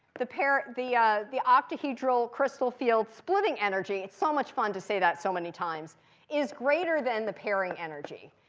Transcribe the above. the pair the the octahedral crystal field splitting energy it's so much fun to say that so many times is greater than the pairing energy.